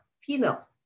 female